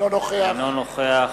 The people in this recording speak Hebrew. אינו נוכח